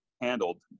handled